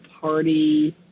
party